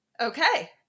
Okay